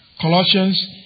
Colossians